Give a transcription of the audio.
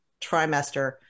trimester